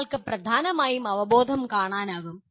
ഒരാൾക്ക് പ്രധാനമായും അവബോധം കാണാനാകും